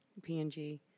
PNG